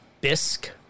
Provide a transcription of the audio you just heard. bisque